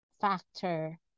factor